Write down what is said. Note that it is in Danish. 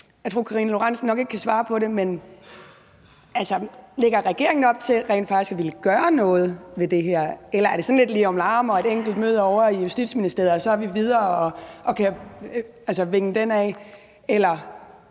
at fru Karina Lorentzen Dehnhardt nok ikke kan svare på det, men lægger regeringen op til rent faktisk at ville gøre noget ved det her, eller er det sådan lidt lirumlarum med et enkelt møde ovre i Justitsministeriet, og så er vi videre og kan vinge den af?